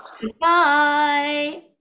goodbye